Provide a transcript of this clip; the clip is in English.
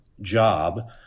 job